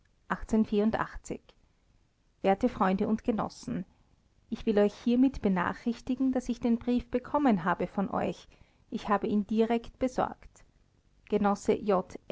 werte freunde und genossen ich will euch hiermit benachrichtigen daß ich den brief bekommen habe von euch ich habe ihn direkt besorgt genosse